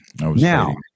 now